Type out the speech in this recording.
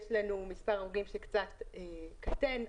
מספר ההרוגים קצת קטן,